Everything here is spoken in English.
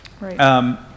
Right